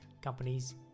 companies